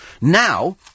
Now